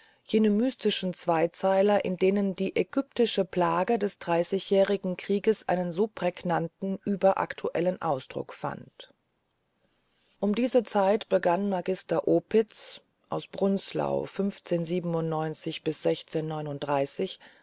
jene mystischen zweizeiler in denen die ägyptische plage des dreißigjährigen krieges einen so prägnanten überaktuellen ausdruck fand um diese zeit begann magister opitz aus